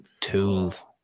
Tools